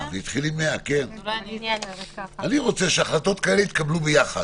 אני רוצה שהחלטות כאלה יתקבלו ביחד,